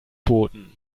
booten